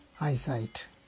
eyesight